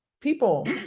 people